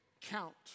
count